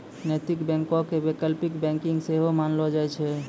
नैतिक बैंको के वैकल्पिक बैंकिंग सेहो मानलो जाय छै